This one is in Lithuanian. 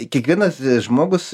kiekvienas žmogus